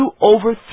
overthrow